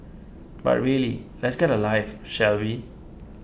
but really let's get a life shall we